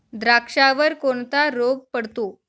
द्राक्षावर कोणता रोग पडतो?